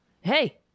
Hey